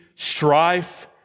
strife